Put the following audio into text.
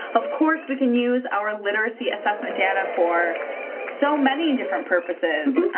of course, we can use our literacy assessment data for so many different purposes,